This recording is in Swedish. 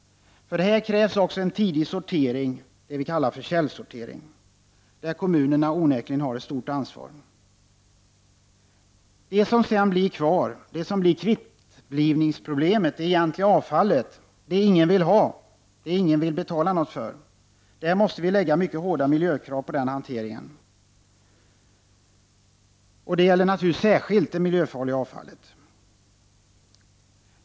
För det krävs också en tidig sortering, dvs. källsortering, där kommunerna onekligen har ett stort ansvar. Det måste ställas hårda miljökrav på hanteringen av det som blir kvar, det egentliga avfallet — ”kvittblivningsproblemet” — det som ingen vill ha och som ingen vill betala någonting för. Detta gäller naturligtvis särskilt det miljöfarliga avfallet.